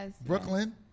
Brooklyn